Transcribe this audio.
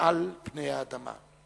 מעל פני האדמה.